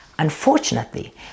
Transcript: Unfortunately